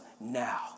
now